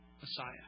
Messiah